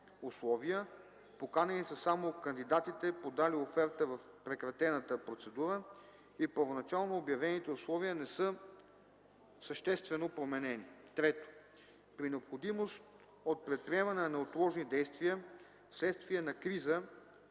поканени са само кандидатите, подали оферта в прекратената процедура, и първоначално обявените условия не са съществено променени; 3. при необходимост от предприемане на неотложни действия вследствие на криза